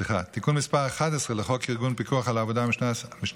תיקון מס' 11 לחוק ארגון הפיקוח על העבודה משנת